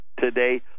today